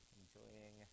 enjoying